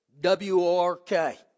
W-O-R-K